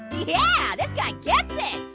yeah, this guy gets it.